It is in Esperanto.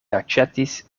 aĉetis